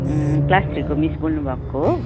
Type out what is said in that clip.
class थ्रीको miss बोल्नुभएको हो